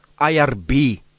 IRB